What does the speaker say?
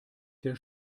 der